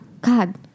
God